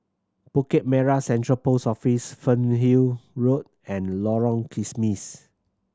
Bukit Merah Central Post Office Fernhill Road and Lorong Kismis